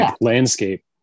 landscape